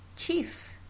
chief